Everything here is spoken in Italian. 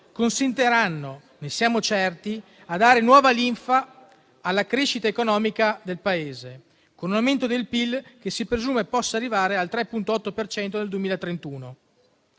consentiranno - ne siamo certi - a dare nuova linfa alla crescita economica del Paese, con un aumento del PIL che si presume possa arrivare al 3,8 per cento